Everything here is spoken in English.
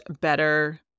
better